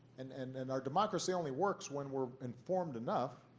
and and and our democracy only works when we're informed enough